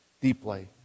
deeply